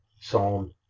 psalm